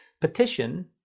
petition